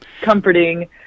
comforting